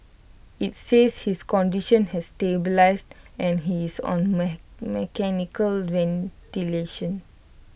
IT says his condition has stabilised and he is on mechanical ventilation